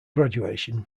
graduation